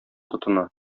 тотына